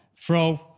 throw